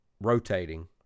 rotating